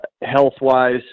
Health-wise